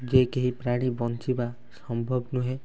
ଯେ କେହି ପ୍ରାଣୀ ବଞ୍ଚିବା ସମ୍ଭବ ନୁହେଁ